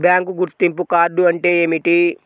Bank గుర్తింపు card అంటే ఏమిటి?